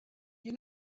you